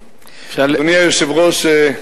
היושב-ראש,